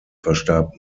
verstarb